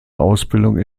ausbildung